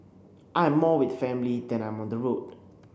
I'm more with family than I'm on the road